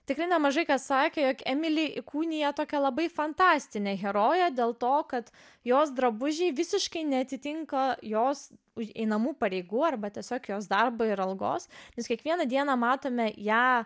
tikrai nemažai kas sakė jog įkūnija tokią labai fantastinę heroję dėl to kad jos drabužiai visiškai neatitinka jos už einamų pareigų arba tiesiog jos darbą ir algos nes kiekvieną dieną matome ją